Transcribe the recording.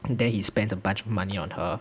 there he spent a bunch of money on her